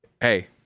Hey